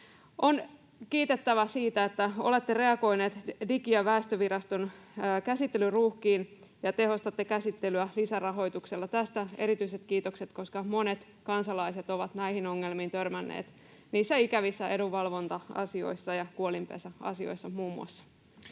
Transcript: On kiitettävä siitä, että olette reagoineet Digi- ja väestöviraston käsittelyruuhkiin ja tehostatte käsittelyä lisärahoituksella. Tästä erityiset kiitokset, koska monet kansalaiset ovat näihin ongelmiin törmänneet ikävissä edunvalvonta-asioissa ja kuolinpesäasioissa, muun muassa.